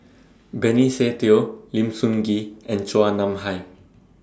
Benny Se Teo Lim Sun Gee and Chua Nam Hai